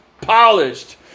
polished